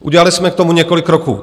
Udělali jsme k tomu několik kroků.